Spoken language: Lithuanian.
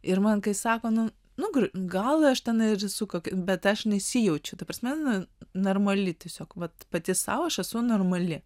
ir man kai sako nu nu gal aš ten ir bet aš nesijaučiau ta prasme nu normali tiesiog vat pati sau aš esu normali